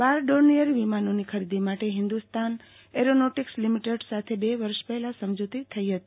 બાર Dornier વિમાનોની ખરીદી માટે હિન્દ્રસ્તાન એરોનોટીક્સ લીમીટેડ સાથે બે વર્ષ પહેલા સમજૂતી થઈ હતી